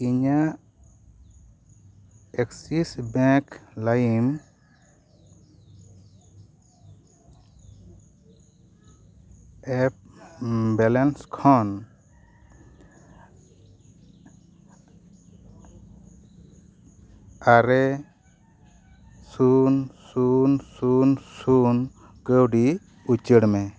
ᱤᱧᱟᱹᱜ Axis bank ᱞᱟᱭᱤᱢ app balance ᱠᱷᱚᱱ ᱟᱨᱮ ᱥᱩᱱ ᱥᱩᱱ ᱥᱩᱱ ᱥᱩᱱ ᱠᱟᱣᱰᱤ ᱩᱪᱟᱹᱲᱢᱮ